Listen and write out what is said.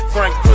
Frank